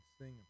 sing